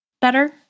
better